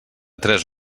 tres